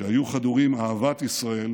שהיו חדורים אהבת ישראל